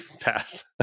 path